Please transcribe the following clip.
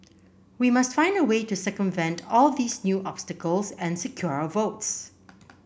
we must find a way to circumvent all these new obstacles and secure our votes